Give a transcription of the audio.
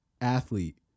athlete